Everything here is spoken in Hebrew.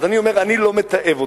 אז אני אומר לך שאני לא מתעב אותך.